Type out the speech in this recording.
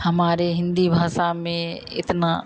हमारी हिन्दी भाषा में इतना